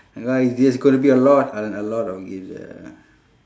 because it's just gonna be a lot a a lot of games ya